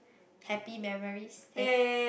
happy memories hare